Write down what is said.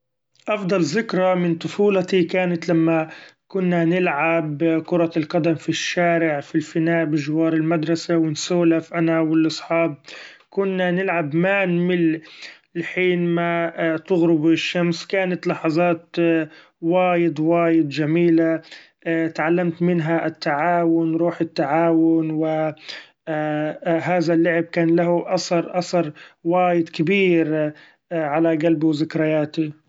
أفضل ذكري من طفولتي كانت لما كنا نلعب كرة القدم في الشارع في الفناء بجوار المدرسة ، و نسولف أنا و الأصحاب ، كنا نلعب معا لحين ما تغرب الشمس ، كانت لحظات وايد وايد جميلة تعلمت منها التعاون ، روح التعاون و هذا اللعب كان له أثر- أثر وايد كبير علي قلبي و ذكرياتي.